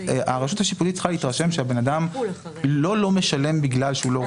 הרשות השיפוטית צריכה להתרשם שהבן אדם לא לא משלם בגלל שהוא לא רוצה.